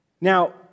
Now